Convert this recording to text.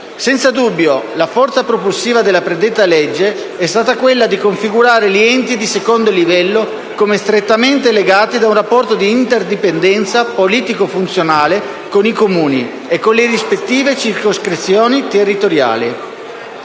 Senza dubbio la forza propulsiva della predetta legge è stata quella di configurare gli enti di secondo livello come strettamente legati da un rapporto di interdipendenza politico-funzionale con i Comuni e con le rispettive circoscrizioni territoriali.